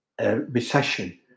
recession